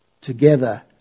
together